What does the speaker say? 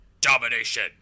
Domination